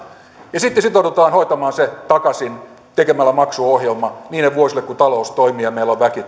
ja sitten sitoudutaan hoitamaan se takaisin tekemällä maksuohjelma niille vuosille kun talous toimii ja meillä on väki